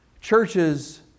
churches